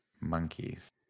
monkeys